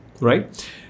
Right